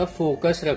focus